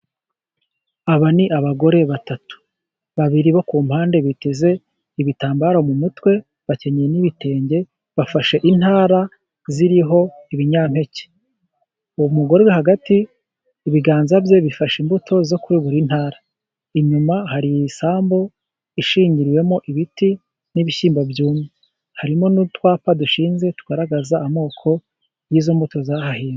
Aba ni abagore batatu babiri bo ku mpande biteze ibitambaro mu mutwe bakenyeye n'ibitenge bafashe intara ziriho ibinyampeke. Uwo mugore uri hagati ibiganza bye bifashe imbuto zo kuri buri ntara. Inyuma hari isambu ishingiriwemo ibiti n'ibishyimbo byumye, harimo n'utwapa dushinze tugaragaza amoko y'izo mbuto zahahinzwe.